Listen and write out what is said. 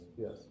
yes